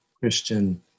Christian